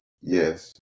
Yes